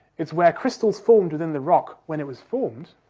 it's where crystals formed within the rock when it was formed,